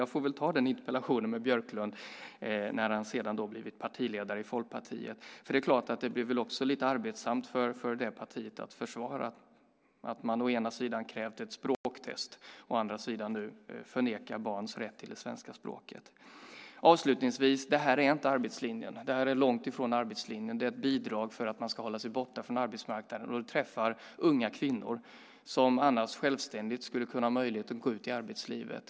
Jag får väl ta den interpellationsdebatten med Björklund när han har blivit ledare i Folkpartiet. Det blir väl lite arbetsamt för det partiet att försvara att man å ena sidan kräver ett språktest och å andra sidan nekar barn rätt till svenska språket. Avslutningsvis: Det här är inte arbetslinjen. Det är långt från arbetslinjen. Det är ett bidrag för att man ska hålla sig borta från arbetsmarknaden. Det drabbar unga kvinnor som annars självständigt skulle kunna gå ut i arbetslivet.